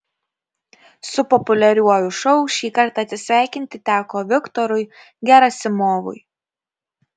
su populiariuoju šou šįkart atsisveikinti teko viktorui gerasimovui